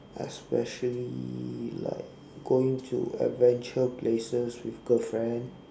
especially like going to adventure places with girlfriend